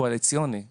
הקואליציוני להגדרה.